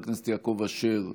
חבר הכנסת יעקב אשר,